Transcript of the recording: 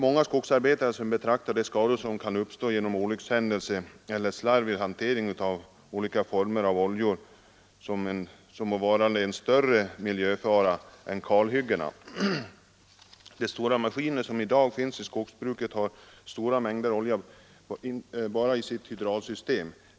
Många skogsarbetare betraktar de skador som kan uppstå genom olyckshändelse eller slarv vid hantering av olika slags oljor som en större miljöfara än kalhyggena. De stora maskiner som i dag finns i skogsbruket har stora mängder olja enbart i sitt hydrauliska system.